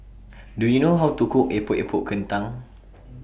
Do YOU know How to Cook Epok Epok Kentang